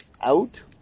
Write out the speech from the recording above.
out